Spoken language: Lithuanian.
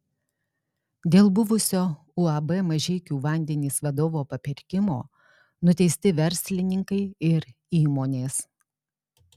dėl buvusio uab mažeikių vandenys vadovo papirkimo nuteisti verslininkai ir įmonės